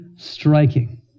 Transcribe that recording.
striking